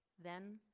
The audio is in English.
then